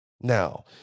now